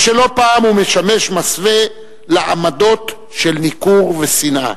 ושלא פעם הוא משמש מסווה לעמדות של ניכור ושנאה.